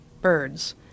birds